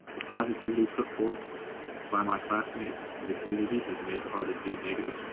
the positivity put forth by my classmates and the community has made it harder to be negative,